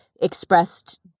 expressed